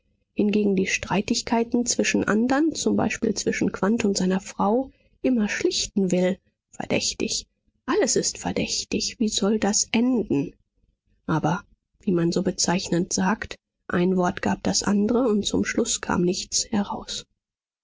hingegen die streitigkeiten zwischen andern zum beispiel zwischen quandt und seiner frau immer schlichten will verdächtig alles ist verdächtig wie soll das enden aber wie man so bezeichnend sagt ein wort gab das andre und zum schluß kam nichts heraus